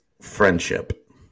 friendship